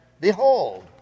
Behold